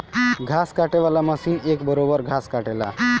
घास काटे वाला मशीन एक बरोब्बर घास काटेला